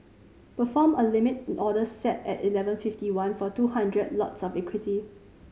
perform a limit order set at eleven fifty one for two hundred lots of equity